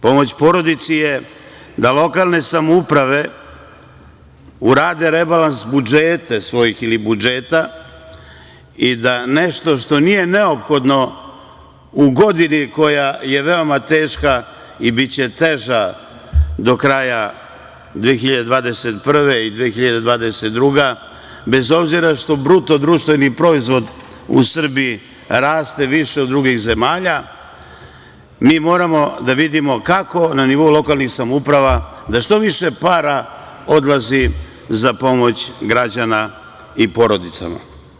Pomoć porodici je da lokalne samouprave urade rebalans budžeta svojih i da nešto što nije neophodno u godini koja je veoma teška, i biće teža do kraja 2021. i 2022. godine, bez obzira što BDP u Srbiji raste više od drugih zemalja, mi moramo da vidimo kako da na nivou lokalnih samouprava što više para odlazi za pomoć građana i porodicama.